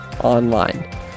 online